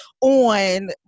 on